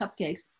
cupcakes